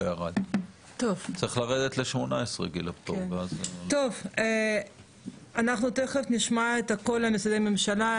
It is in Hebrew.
גיל הפטור צריך לרדת -18 ואז אנחנו תיכף נשמע את משרדי הממשלה,